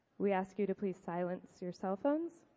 we ask you to please silence your cell phones.